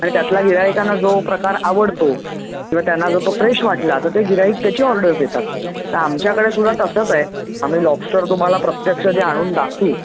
आणि त्यातला गिऱ्हाईकांना जो प्रकार आवडतो किंवा त्यांना जर तो फ्रेश वाटला तर ते गिऱ्हाईक त्याची ऑर्डर देतात तर आमच्याकडे सुद्धा तसंच आहे आम्ही लॉबस्टर तुम्हाला प्रत्यक्ष आधी आणून दाखवू